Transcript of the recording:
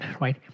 right